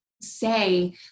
say